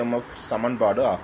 F சமன்பாடு ஆகும்